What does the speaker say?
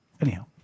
anyhow